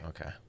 Okay